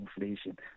inflation